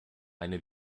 eine